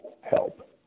help